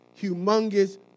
humongous